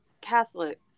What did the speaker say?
Catholic